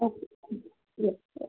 okay yes